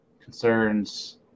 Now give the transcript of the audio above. concerns